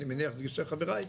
אני מניח שגם חברי,